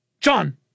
John